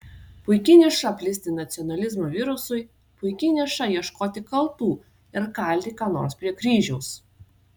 puiki niša plisti nacionalizmo virusui puiki niša ieškoti kaltų ir kalti ką nors prie kryžiaus